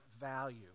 value